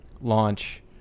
launch